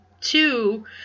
two